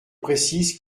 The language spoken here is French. précise